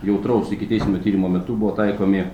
jautraus ikiteisminio tyrimo metu buvo taikomi